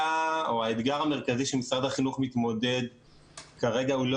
האתגר המרכזי שמשרד החינוך מתמודד איתו כרגע הוא לא